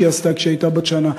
שהיא עשתה כשהייתה בת שנה.